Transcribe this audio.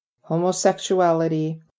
homosexuality